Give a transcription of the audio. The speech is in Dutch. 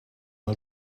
een